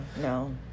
no